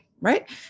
right